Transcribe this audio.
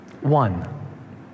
One